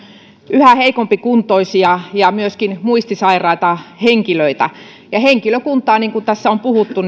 yhä heikompikuntoisia ja myöskin muistisairaita henkilöitä henkilökuntaa niin kuin tässä on puhuttu